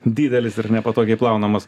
didelis ir nepatogiai plaunamas